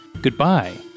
Goodbye